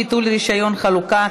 ביטול רישיון חלוקה),